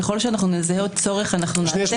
ככל שנזהה צורך - נעשה את זה.